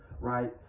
right